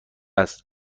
است